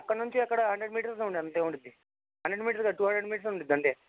అక్కడ నుంచి అక్కడ హండ్రెడ్ మీటర్స్లో అంతే ఉంటుంది హండ్రెడ్ మీటర్స్ కాదు టూ హండ్రెడ్ మీటర్స్ ఉంటుంది అంతే